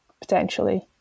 potentially